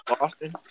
Austin